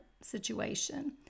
situation